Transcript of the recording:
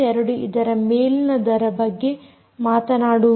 2 ಇದರ ಮೊದಲಿನದರ ಬಗ್ಗೆ ಮಾತನಾಡುವುದಿಲ್ಲ